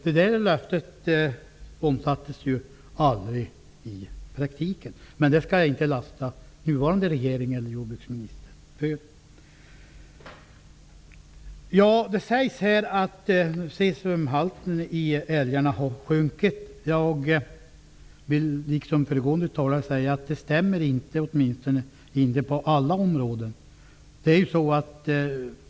Det löftet omsattes aldrig i praktiken -- men det skall jag inte lasta den nuvarande regeringen och jordbruksministern för. Det sägs nu att cesiumhalten i älgarna har sjunkit. Jag vill, liksom föregående talare, säga att det inte stämmer, åtminstone inte på alla områden.